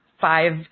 five